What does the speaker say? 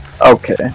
Okay